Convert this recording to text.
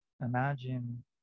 Imagine